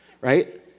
right